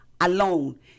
alone